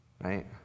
Right